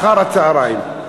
אחר הצהריים.